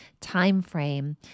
timeframe